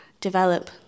develop